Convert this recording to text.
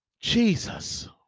Jesus